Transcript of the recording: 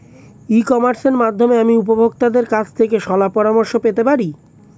ই কমার্সের মাধ্যমে আমি উপভোগতাদের কাছ থেকে শলাপরামর্শ পেতে পারি?